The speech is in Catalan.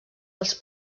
els